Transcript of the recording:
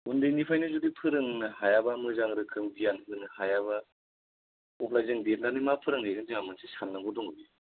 उन्दैफोरनिफ्राइ जुदि फोरोंनो हायाबा मोजां रोखोम गियान होनो हायाबा अब्ला जों देरनानै मा फोरोंहैगोन जोंहा मोनसे सानांगौ दं